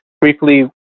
Briefly